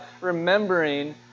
remembering